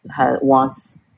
wants